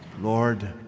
Lord